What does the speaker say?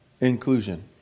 inclusion